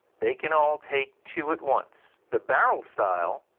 they can all take two at once. the barrel style